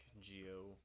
geo